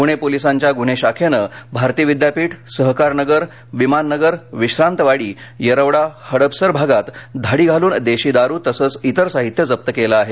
पुणे पोलिसांच्या गुन्हे शाखेने भारती विद्यापीठ सहकारनगर विमाननगर विश्रांतवाडी येरवडा हडपसर भागात धाडी घालून देशी दारू तसंच इतर साहित्य जप्त केलं आहे